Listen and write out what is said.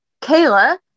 Kayla